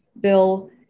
Bill